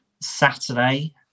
Saturday